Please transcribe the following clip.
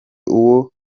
uwo